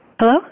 Hello